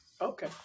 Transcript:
okay